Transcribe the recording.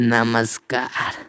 Namaskar